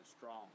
strong